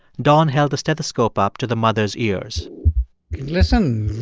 don held the stethoscope up to the mother's ears listen.